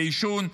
בעישון,